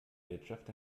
wirtschaft